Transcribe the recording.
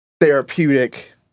therapeutic